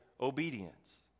obedience